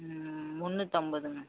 ம் ம் ம் முந்நூற்றம்பதுங்க